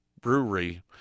brewery